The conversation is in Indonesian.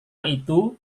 itu